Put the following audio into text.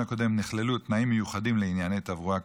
הקודם נכללו תנאים מיוחדים לעניין תברואה,